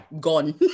gone